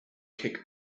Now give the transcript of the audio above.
kick